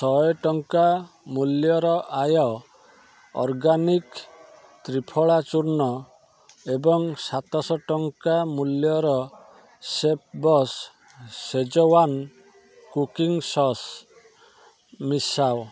ଶହେ ଟଙ୍କା ମୂଲ୍ୟର ଆର୍ୟ ଅର୍ଗାନିକ ତ୍ରିଫଳା ଚୂର୍ଣ୍ଣ ଏବଂ ସାତଶହ ଟଙ୍କା ମୂଲ୍ୟର ଶେଫ୍ବସ୍ ସେଜୱାନ୍ କୁକିଂ ସସ୍ ମିଶାଅ